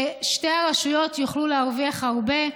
שתי הרשויות יוכלו להרוויח הרבה,